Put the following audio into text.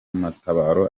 matabaro